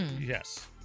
yes